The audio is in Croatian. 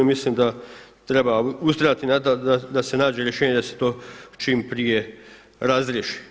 I mislim da treba ustrajati da se nađe rješenje da se to čim prije razriješi.